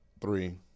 three